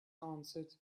answered